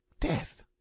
Death